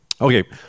Okay